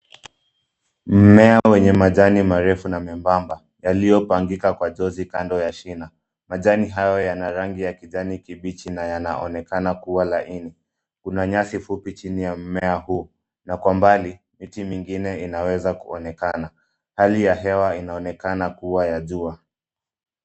Mmea wenye majani marefu na membamba yaliyopangika kwa jozi kando ya shina. Majani hayo yana rangi ya kijani kibichi na yanaonekana kuwa laini. Kuna nyasi fupi chini ya mmea huu. Na kwa mbali, miti mingine inaweza kuonekana. Hali ya hewa inaonekana kuwa ya jua.